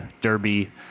Derby